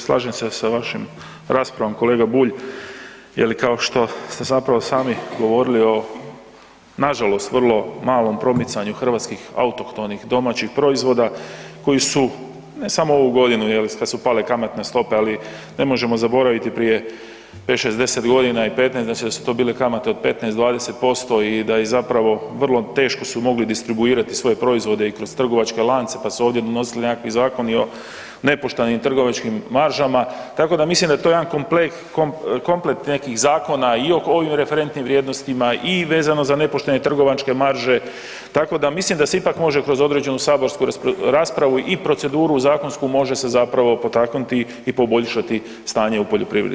Slažem se sa vašom raspravom kolega Bulj, je li kao što ste sami govorili o nažalost vrlo malom promicanju hrvatskih autohtonih domaćih proizvoda koji su ne samo ovu godinu je li kad su pale kamatne stope, ali ne možemo zaboraviti prije 5-6, 10.g. i 15 da su to bile kamate od 15-20% i da i zapravo vrlo teško su mogli distribuirati svoje proizvode i kroz trgovačke lance, pa su se ovdje donosili nekakvi zakoni o nepoštenim trgovačkim maržama, tako da mislim da je to jedan komplet nekih zakona i o ovim referentnim vrijednostima i vezano za nepoštene trgovačke marže, tako da mislim da se ipak može kroz određenu saborsku raspravu i proceduru zakonsku može se zapravo potaknuti i poboljšati stanje u poljoprivredi.